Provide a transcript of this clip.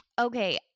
Okay